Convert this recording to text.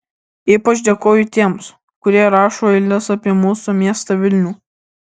ypač dėkoju tiems kurie rašo eiles apie mūsų miestą vilnių